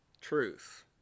truth